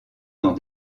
dans